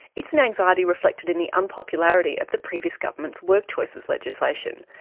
it's an anxiety reflected in the unpopularity of the previous government's work choices legislation.